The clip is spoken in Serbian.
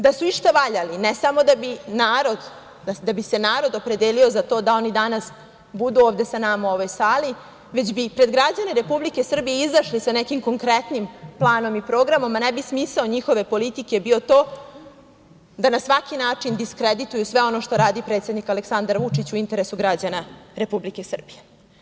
Da su išta valjali, ne samo da bi se narod opredelio za to da oni danas budu ovde sa nama u ovoj sali, već bi i pred građane Republike Srbije izašli sa nekim konkretnim planom i programom, a ne bi smisao njihove politike bio to da na svaki način diskredituju sve ono što radi predsednik Aleksandar Vučić u interesu građana Republike Srbije.